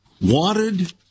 wanted